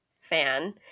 fan